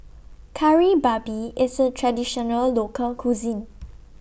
Kari Babi IS A Traditional Local Cuisine